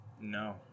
No